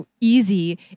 easy